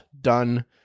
Done